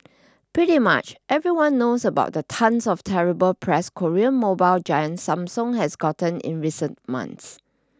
pretty much everyone knows about the tonnes of terrible press Korean mobile giant Samsung has gotten in recent months